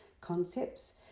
concepts